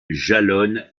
jalonnent